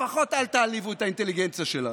לפחות אל תעליבו את האינטליגנציה שלנו.